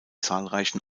zahlreichen